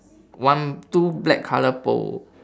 one two black colour pole